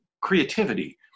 creativity